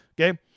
okay